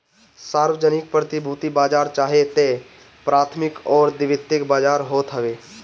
सार्वजानिक प्रतिभूति बाजार चाहे तअ प्राथमिक अउरी द्वितीयक बाजार होत हवे